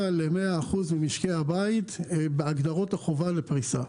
ל-100% ממשקי הבית בהגדרות החובה לפריסה.